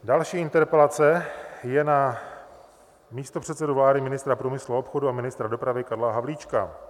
Další interpelace je na místopředsedu vlády, ministra průmyslu a obchodu a ministra dopravy Karla Havlíčka.